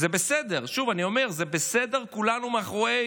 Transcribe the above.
וזה בסדר, שוב אני אומר, זה בסדר, כולנו מאחורי